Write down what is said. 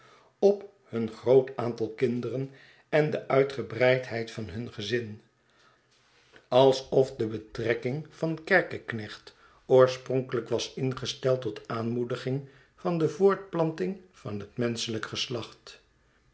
op hun grootaantalkinderen en de uitgebreidheid van hun gezin alsofde betrekking van kerkeknecht oorspronkelijk was ingesteld tot aanmoediging van de voortplanting van het menschelijk geslacht